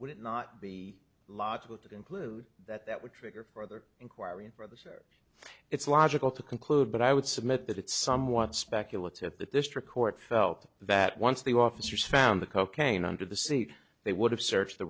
would it not be logical to conclude that that would trigger for other inquiry and for the say it's logical to conclude but i would submit that it's somewhat speculative at the district court felt that once the officers found the cocaine under the seat they would have searched the